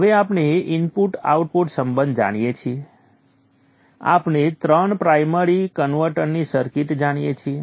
હવે આપણે input output સંબંધ જાણીએ છીએ આપણે ત્રણ પ્રાઇમરી કન્વર્ટરની સર્કિટ જાણીએ છીએ